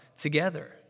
together